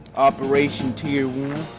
operation tier